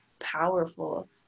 powerful